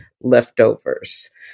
leftovers